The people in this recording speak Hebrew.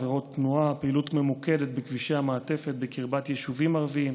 עבירות תנועה: פעילות ממוקדת בכבישי המעטפת בקרבת יישובים ערביים,